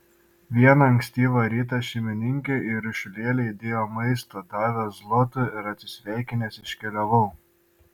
vieną ankstyvą rytą šeimininkė į ryšulėlį įdėjo maisto davė zlotų ir atsisveikinęs iškeliavau